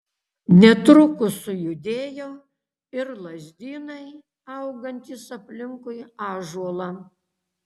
netrukus sujudėjo ir lazdynai augantys aplinkui ąžuolą